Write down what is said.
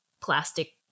plastic